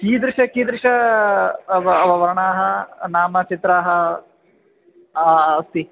कीदृशाः कीदृशाः वर्णाः नाम चित्राः अस्ति